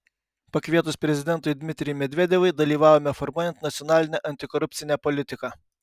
pakvietus prezidentui dmitrijui medvedevui dalyvavome formuojant nacionalinę antikorupcinę politiką